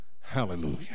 Hallelujah